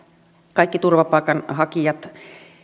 kaikki turvapaikanhakijat